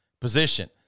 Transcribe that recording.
position